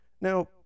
Now